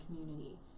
community